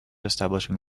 establishing